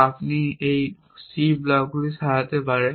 আপনি এই c ব্লকগুলিকে সাজাতে পারেন